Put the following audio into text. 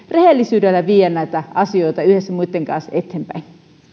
rehellisyydellä viedä näitä asioita yhdessä muiden kanssa eteenpäin